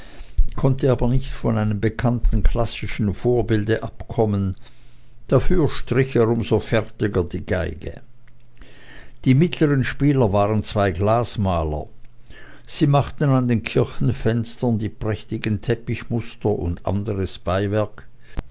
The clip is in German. konnte aber nicht von einem bekannten klassischen vorbilde abkommen dafür strich er um so fertiger die geige die mittleren spieler waren zwei glasmaler sie machten an den kirchenfenstern die prächtigen teppichmuster und anderes beiwerk